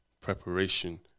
preparation